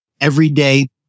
everyday